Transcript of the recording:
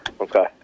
okay